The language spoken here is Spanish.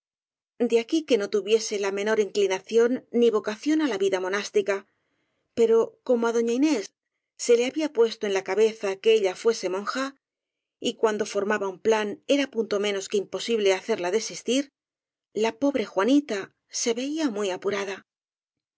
de aquí que no tuviese la menor in clinación ni vocación á la vida monástica pero como á doña inés se le había puesto en la cabeza que ella fuese monja y cuando formaba un plan era punto menos que imposible hacerla desistir la pobre juanita se veía muy apurada